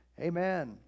amen